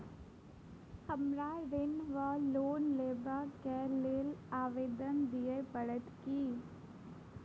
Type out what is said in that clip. हमरा ऋण वा लोन लेबाक लेल आवेदन दिय पड़त की?